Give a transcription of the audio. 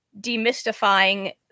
demystifying